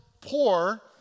poor